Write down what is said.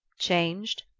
changed?